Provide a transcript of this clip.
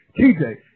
TJ